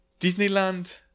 Disneyland